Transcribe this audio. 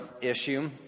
issue